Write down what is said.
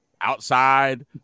Outside